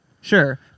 Sure